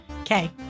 Okay